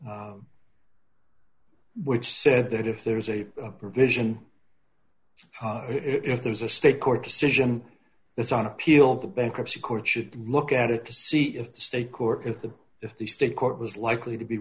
which said that if there is a provision if there's a state court decision it's on appeal the bankruptcy court should look at it to see if the state court if the if the state court was likely to be